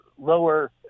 lower